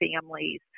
families